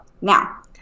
now